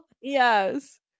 Yes